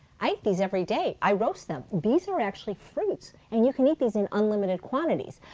i eat these every day. i roast them. beets are actually fruits and you can eat these in unlimited quantities.